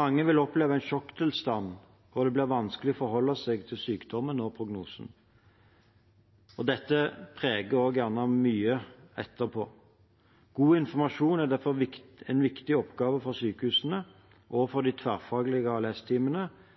Mange vil oppleve en sjokktilstand hvor det blir vanskelig å forholde seg til sykdommen og prognosen. Dette preges man også mye av etterpå. God informasjon er derfor en viktig oppgave for sykehusene og